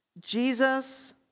Jesus